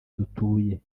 dutuye